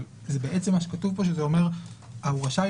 אבל בעצם מה שכתוב פה אומר שהוא רשאי